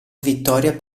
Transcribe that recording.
vittoria